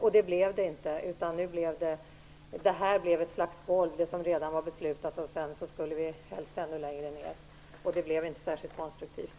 Så blev det inte utan det blev ett slags golv som redan var beslutat, och sedan skulle vi helst gå ännu längre ner. Det var inte särskilt konstruktivt.